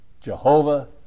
Jehovah